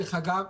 דרך אגב,